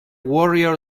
warrior